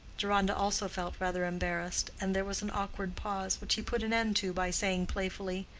deronda also felt rather embarrassed, and there was an awkward pause, which he put an end to by saying playfully,